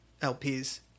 LPs